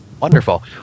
Wonderful